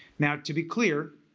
now to be clear,